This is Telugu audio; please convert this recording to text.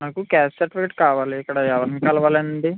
నాకు క్యాస్ట్ సర్టిఫికేట్ కావాలి ఇక్కడ ఎవరిని కలవాలండి